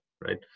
right